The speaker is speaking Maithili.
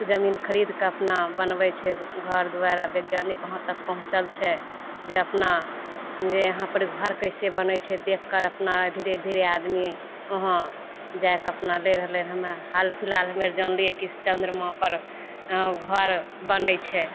जमीन खरिदके अपना बनबै छै घर दुआरि आओर वैज्ञानिक वहाँ तक पहुँचल छै जे अपना जे यहाँपर घर कइसे बनै छै देखिके अपना धीरे धीरे आदमी वहाँ जाएके अपना लै रहलै हमरा हाल फिलहालमे जानलिए कि चन्द्रमापर घर बनै छै